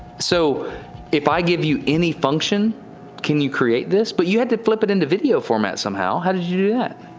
so if i give you any function can you create this but you had to flip it into video format somehow, how did you do that?